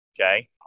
okay